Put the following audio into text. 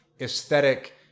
aesthetic